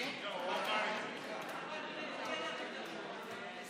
שלילת האפוטרופסות הטבעית עבור